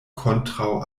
kontraŭ